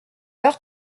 heure